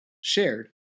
shared